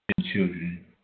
children